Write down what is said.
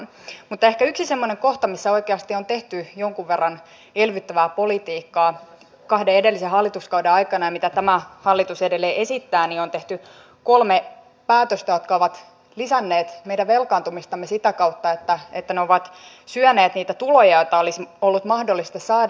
mutta ehkä yksi semmoinen kohta missä oikeasti on tehty jonkun verran elvyttävää politiikkaa kahden edellisen hallituskauden aikana ja mitä tämä hallitus edelleen esittää ovat kolme päätöstä jotka ovat lisänneet meidän velkaantumistamme sitä kautta että ne ovat syöneet niitä tuloja joita olisi ollut mahdollista saada